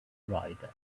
rider